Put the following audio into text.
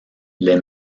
les